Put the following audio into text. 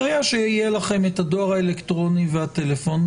מרגע שיהיה לכם הדואר האלקטרוני והטלפון,